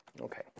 Okay